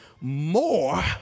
More